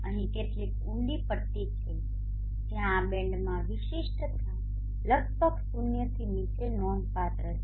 અહીં કેટલીક ઉંડી પટ્ટીઓ છે જ્યાં આ બેન્ડમાં વિશિષ્ટતા લગભગ શૂન્યથી નીચે નોંધપાત્ર છે